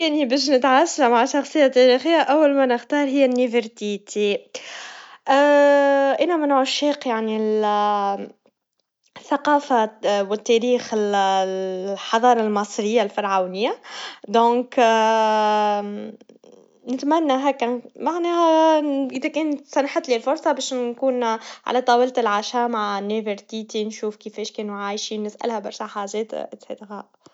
كاني باش نتعشا مع شخصيا تاريخيا, أول ما نختار هيا نيفرتيتي, أنا من عشاق يعني ال الثقافات والتاريخ, ال الحضارا المصرياا الفرعونيا, لذا نتمنى هكا معناها, إذا كنت سمحتلي الفرصا باش نكون على طاولة العشاء مع نفرتيتي نشوف كيفاش كانوا عايشن, نسألها برشا حاجات زادا.